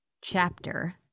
Chapter